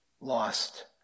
lost